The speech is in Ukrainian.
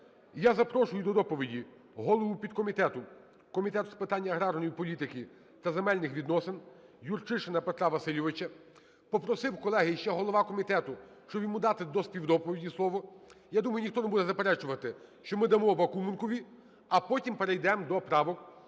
Я запрошую до доповіді голову підкомітету Комітету з питань аграрної політики та земельних відносин Юрчишина Петра Васильовича. Попросив, колеги, ще голова комітету, щоб йому дати для співдоповіді слово. Я думаю, ніхто не буде заперечувати, що ми дамо Бакуменкові, а потім перейдемо до правок.